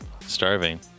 starving